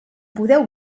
podeu